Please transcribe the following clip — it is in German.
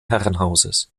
herrenhauses